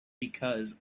because